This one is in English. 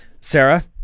Sarah